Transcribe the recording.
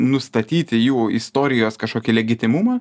nustatyti jų istorijas kažkokį legitimumą